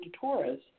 Taurus